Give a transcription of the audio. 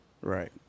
Right